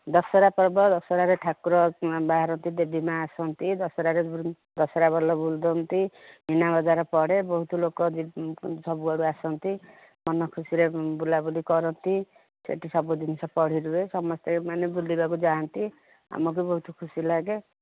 ଦଶହରା ପର୍ବ ଦଶହରାରେ ଠାକୁର ବାହାରନ୍ତି ଦେବୀ ମାଆ ଆସନ୍ତି ଦଶହରାରେ ଦଶହରା ଭଲ ବୁଲନ୍ତି ମୀନାବଜାର ପଡ଼େ ବହୁତ ଲୋକ ସବୁ ଆଡ଼ୁ ଆସନ୍ତି ମନ ଖୁସିରେ ବୁଲା ବୁଲି କରନ୍ତି ସେଠି ସବୁ ଜିନିଷ ପଡ଼ି ରୁହେ ସମସ୍ତେ ମାନେ ବୁଲିବାକୁ ଯାଆନ୍ତି ଆମକୁ ବହୁତ ଖୁସି ଲାଗେ